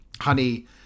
honey